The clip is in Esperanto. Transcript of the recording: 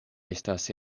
estas